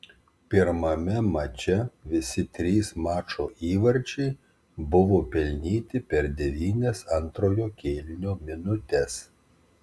pirmame mače visi trys mačo įvarčiai buvo pelnyti per devynias antrojo kėlinio minutes